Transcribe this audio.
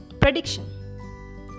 prediction